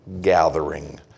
gathering